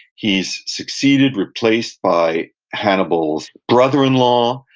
he's succeeded, replaced by hannibal's brother-in-law.